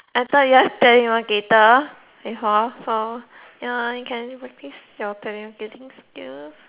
I thought you are telemarketer before ya so you can practice your telemarketing skills